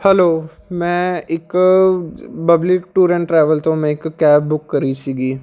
hello ਮੈਂ ਇੱਕ public tour and travel ਤੋਂ ਮੈਂ ਇੱਕ ਕੈਬ ਬੁੱਕ ਕਰੀ ਸੀਗੀ